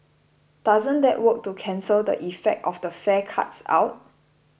doesn't that work to cancel the effect of the fare cuts out